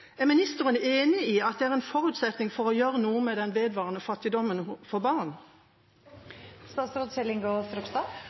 Er ministeren enig i at det er en forutsetning for å gjøre noe med den vedvarende fattigdommen for